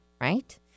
right